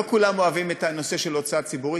לא כולם אוהבים את הנושא של הוצאה ציבורית,